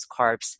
carbs